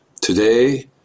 Today